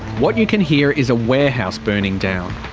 what you can hear is a warehouse burning down.